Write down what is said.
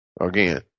Again